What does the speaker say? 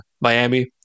Miami